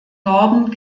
norden